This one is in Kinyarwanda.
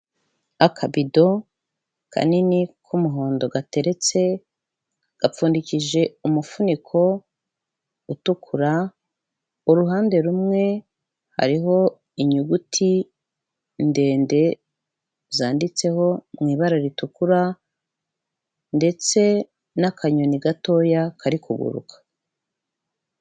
Akabido kanini k'umuhondo gateretse gapfundikije umufuniko utukura uruhande rumwe hariho inyuguti ndende zanditseho mu ibara ritukura ndetse n'akanyoni gatoya kari kuguruka.